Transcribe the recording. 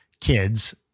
kids